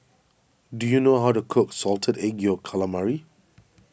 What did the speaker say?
do you know how to cook Salted Egg Yolk Calamari